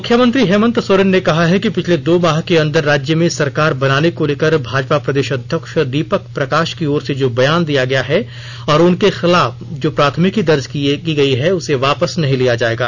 मुख्यमंत्री हेमंत सोरेन ने कहा है कि पिछले दो माह के अंदर राज्य में सरकार बनाने को लेकर भाजपा प्रदेश अध्यक्ष दीपक प्रकाश की ओर से जो बयान दिया गया है और उनके खिलाफ जो प्राथमिकी दर्ज की गई है उसे वापस नहीं लिया जाएगा